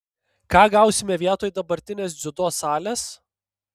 ką gausime vietoj dabartinės dziudo salės